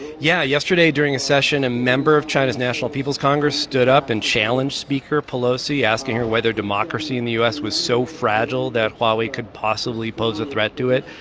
yeah. yesterday, during a session, a member of china's national people's congress stood up and challenged speaker pelosi, asking her whether democracy in the u s. was so fragile that huawei could possibly pose a threat to it.